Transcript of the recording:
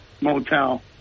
motel